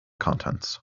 contents